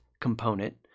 component